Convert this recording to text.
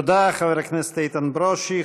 תודה, חבר הכנסת איתן ברושי.